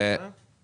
יש עוד שאלות?